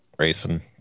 racing